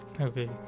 okay